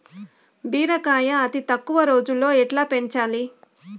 బీరకాయ అతి తక్కువ రోజుల్లో ఎట్లా పెంచాలి?